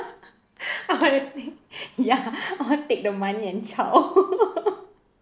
ya all take the money and chau